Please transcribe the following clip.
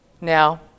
Now